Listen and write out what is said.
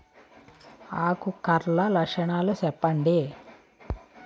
ఆకు కర్ల లక్షణాలు సెప్పండి